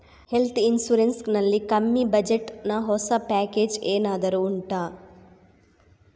health insurance ನಲ್ಲಿ ಕಮ್ಮಿ budget ನ ಹೊಸ ಪ್ಯಾಕೇಜ್ ಏನಾದರೂ ಉಂಟಾ